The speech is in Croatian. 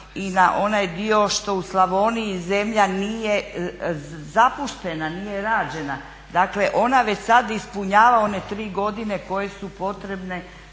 i na onaj dio što u Slavoniji zemlja nije zapuštena, nije rađena, dakle ona već sad ispunjava one tri godine koje su potrebne